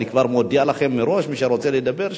אני כבר מודיע לכם מראש שמי שרוצה לדבר,